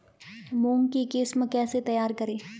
मूंग की किस्म कैसे तैयार करें?